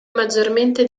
maggiormente